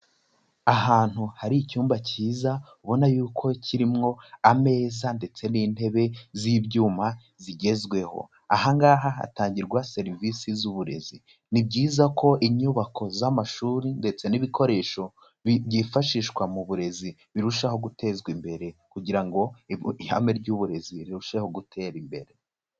Ahantu hari icyumba cyiza ubona yuko kirimwo ameza ndetse n'intebe z'ibyuma zigezweho. Aha ngaha hatangirwa serivisi z'uburezi. Ni byiza ko inyubako z'amashuri ndetse n'ibikoresho byifashishwa mu burezi birushaho gutezwa imbere kugira ngo ihame ry'uburezi rirusheho gutera imbere.